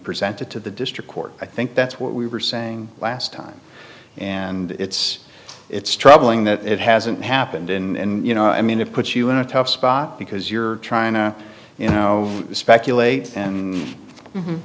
presented to the district court i think that's what we were saying last time and it's it's troubling that it hasn't happened in you know i mean it puts you in a tough spot because you're trying to you know speculate an